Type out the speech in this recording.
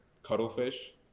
Cuttlefish